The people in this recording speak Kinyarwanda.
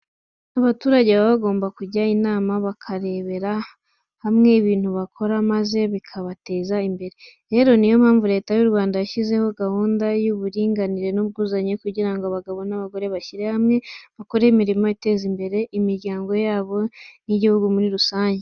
Abaturage baba bagomba kujya inama bakarebera hamwe ibintu bakora maze bikabateza imbere. Rero, niyo mpamvu Leta y'u Rwanda, yashyizeho gahunda y'uburinganire n'ubwuzuzanye kugira ngo abagabo n'abagore bashyire hamwe, bakore imirimo iteza imbere imiryango yabo n'igihugu muri rusange.